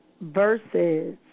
versus